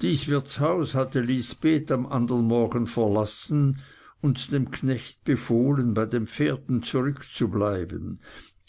dies wirtshaus hatte lisbeth am andern morgen verlassen und dem knecht befohlen bei den pferden zurückzubleiben